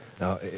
Now